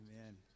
Amen